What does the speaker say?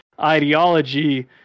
ideology